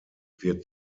wird